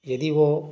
यदि वो